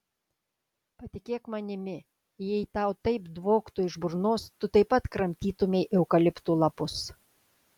patikėk manimi jei tau taip dvoktų iš burnos tu taip pat kramtytumei eukaliptų lapus